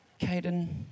Caden